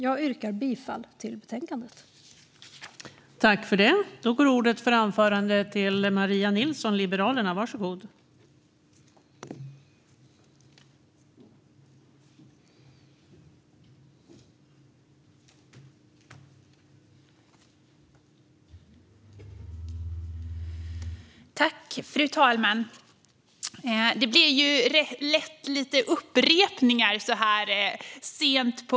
Jag yrkar bifall till utskottets förslag i betänkandet.